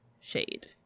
shade